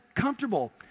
comfortable